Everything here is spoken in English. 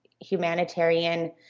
humanitarian